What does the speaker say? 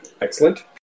excellent